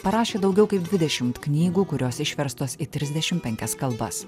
parašė daugiau kaip dvidešimt knygų kurios išverstos į trisdešimt penkias kalbas